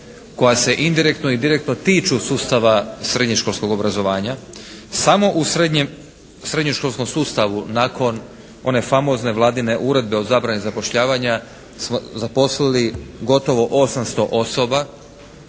koja se indirektno i direktno tiču sustava srednješkolskog obrazovanja. Samo u srednjem, srednješkolskom sustavu nakon ove famozne vladine Uredbe o zabrani zapošljavanja smo zaposlili gotovo 800 osoba